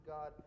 God